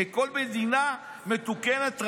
כבכל מדינה מתוקנת,